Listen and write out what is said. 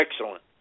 excellent